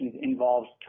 involves